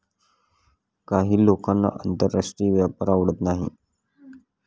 काही लोकांना आंतरराष्ट्रीय व्यापार आवडत नाही